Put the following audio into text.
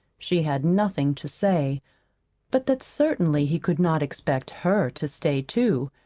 she had nothing to say but that certainly he could not expect her to stay, too,